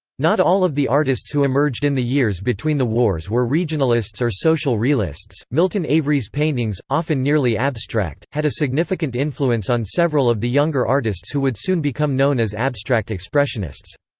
not all of the artists who emerged in the years between the wars were regionalists or social realists milton avery's paintings, often nearly abstract, had a significant influence on several of the younger artists who would soon become known as abstract expressionists.